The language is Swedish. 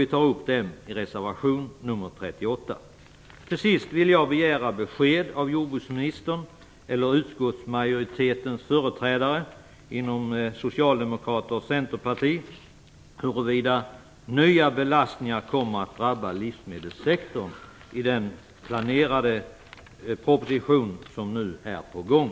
Vi tar upp dem i reservation nr Till sist vill jag begära besked av jordbruksministern eller utskottsmajoritetens företrädare inom Socialdemokraterna och Centerpartiet om huruvida nya belastningar kommer att drabba livsmedelssektorn i den planerade proposition som nu är på gång.